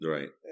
Right